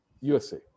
USA